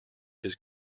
his